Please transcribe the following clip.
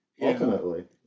Ultimately